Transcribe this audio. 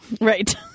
Right